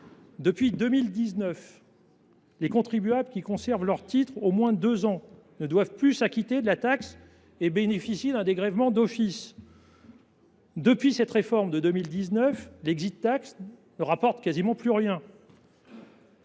Depuis 2019, les contribuables qui conservent leurs titres au moins deux ans ne doivent plus s’acquitter de la taxe et bénéficient d’un dégrèvement d’office. Depuis lors, l’ ne rapporte quasiment plus rien.